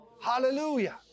Hallelujah